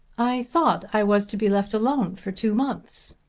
i thought i was to be left alone for two months.